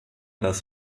das